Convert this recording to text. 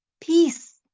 peace